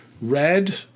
red